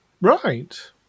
Right